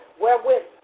wherewith